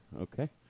Okay